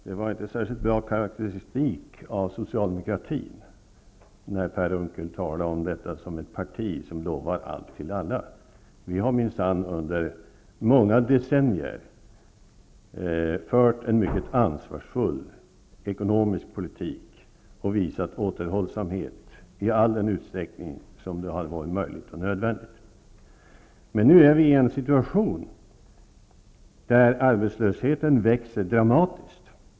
Herr talman! När Per Unckel talade om ett parti som lovar allt till alla var det inte en särskilt bra karaktäristik av socialdemokratin. Socialdemokraterna har minsann under många decennier fört en mycket ansvarsfull ekonomisk politik och visat återhållsamhet i den utsträckning som varit önskvärd och nödvändig. Men nu växer arbetslösheten dramatiskt.